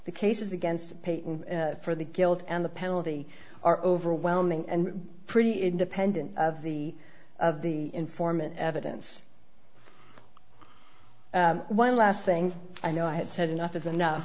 the cases against pay for the guilt and the penalty are overwhelming and pretty independent of the of the informant evidence one last thing i know i had said enough is enough